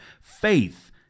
Faith